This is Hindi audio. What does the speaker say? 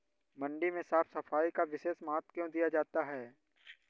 मंडी में साफ सफाई का विशेष महत्व क्यो दिया जाता है?